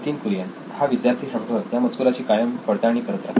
नितीन कुरियन हा विद्यार्थी संघ या मजकुराची कायम पडताळणी करत राहील